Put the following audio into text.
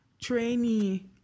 trainee